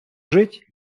жить